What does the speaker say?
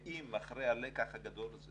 אם אחרי הלקח הגדול הזה